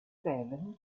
seven